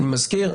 אני מזכיר,